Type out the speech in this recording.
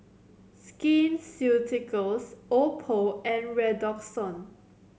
Skin Ceuticals Oppo and Redoxon